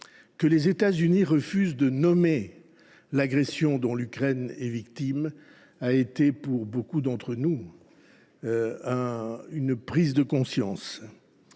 Que les États Unis refusent de nommer l’agression dont l’Ukraine est victime a été, pour beaucoup d’entre nous, une prise de conscience.